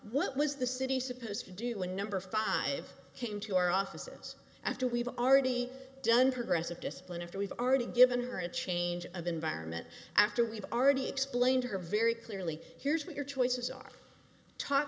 what was the city supposed to do and number five came to our offices after we've already done progressive discipline after we've already given her a change of environment after we've already explained her very clearly here's what your choices are talk